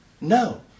No